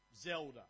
Zelda